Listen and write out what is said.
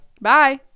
Bye